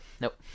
nope